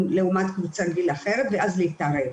לעומת קבוצת גיל אחרת ואז להתערב.